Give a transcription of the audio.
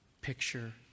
picture